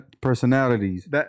personalities